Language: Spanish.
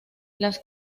las